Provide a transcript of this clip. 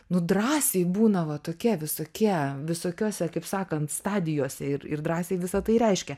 nu drąsiai būna va tokie visokie visokiose kaip sakant stadijose ir ir drąsiai visa tai reiškia